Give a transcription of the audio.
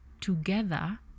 together